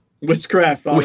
Witchcraft